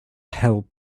help